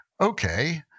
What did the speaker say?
okay